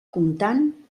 comptant